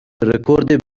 رکورد